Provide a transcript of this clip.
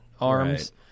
arms